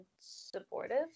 supportive